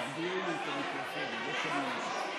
חברות וחברי הכנסת, נא לשבת.